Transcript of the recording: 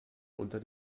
unter